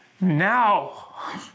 Now